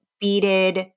beaded